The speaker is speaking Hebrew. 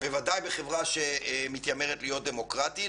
בוודאי בחברה שמתיימרת להיות דמוקרטית.